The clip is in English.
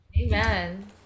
Amen